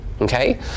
okay